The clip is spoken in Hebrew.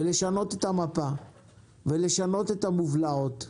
לשנות את המפה ולשנות את המובלעות.